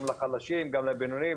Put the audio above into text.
גם לחלשים וגם לבינוניים,